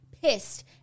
pissed